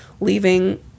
leaving